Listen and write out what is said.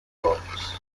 books